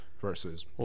versus